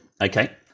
Okay